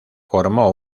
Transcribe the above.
formó